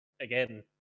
again